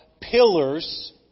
pillars